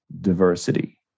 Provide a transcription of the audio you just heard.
diversity